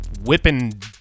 whipping